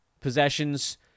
possessions